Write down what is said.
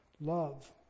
Love